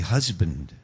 Husband